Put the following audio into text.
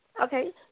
Okay